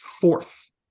fourth